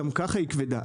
גם ככה היא כבדה,